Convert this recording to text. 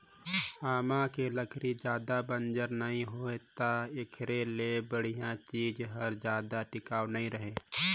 आमा के लकरी हर जादा बंजर नइ होय त एखरे ले बड़िहा चीज हर जादा टिकाऊ नइ रहें